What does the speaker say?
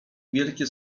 wielkie